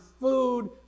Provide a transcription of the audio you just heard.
food